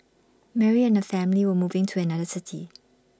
Mary and her family were moving to another city